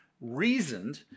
reasoned